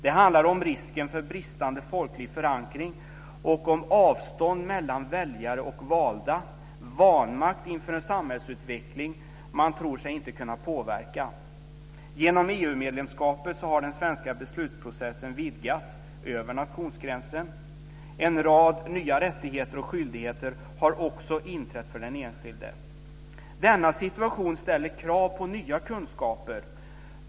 Det handlar om risken för bristande folklig förankring och om avstånd mellan väljare och valda, vanmakt inför en samhällsutveckling man tror sig inte kunna påverka. Genom EU-medlemskapet har den svenska beslutsprocessen vidgats över nationsgränsen. En rad nya rättigheter och skyldigheter har också inträtt för den enskilde. Denna situation ställer krav på nya kunskaper.